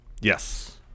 Yes